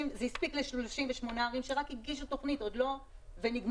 זה הספיק ל-38 ערים שרק הגישו תוכנית ונגמר.